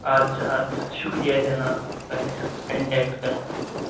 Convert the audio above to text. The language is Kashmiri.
ادٕ سا ادٕ سا شُکریہ جناب تۄہہِ اَسہِ کَنٹیٚکٹ کَرنہٕ خٲطرٕ